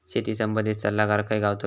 शेती संबंधित सल्लागार खय गावतलो?